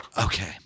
Okay